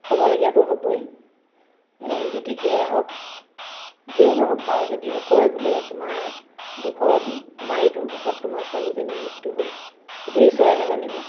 হ'বলগীয়াটো হ'বই জ্যোতিষীয়ে হওক যিয়ে নহওক বাৰু যদিও কয় বোলে তোমাৰ দুখ তোমাৰ এইটো দুখত তোমাৰ ছোৱালীজনী মৃত্যু হ'ল সেইটো ঈশ্বৰেহে জানিব